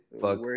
fuck